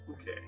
okay